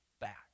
back